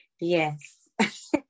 Yes